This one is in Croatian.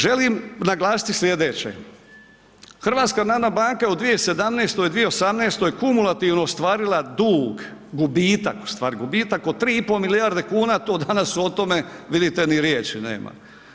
Želim naglasiti slijedeće, HNB u 2017., 2018. kumulativno ostvarila dug, gubitak u stvari gubitak od 3,5 milijarde kuna to danas o tome vidite ni riječi nema.